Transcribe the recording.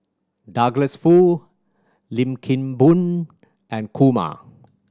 Douglas Foo Lim Kim Boon and Kumar